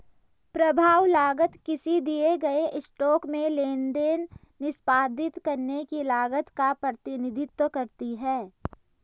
प्रभाव लागत किसी दिए गए स्टॉक में लेनदेन निष्पादित करने की लागत का प्रतिनिधित्व करती है